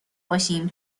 باشیم